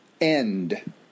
end